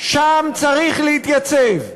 שם צריך להתייצב,